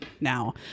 now